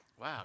Wow